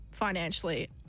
financially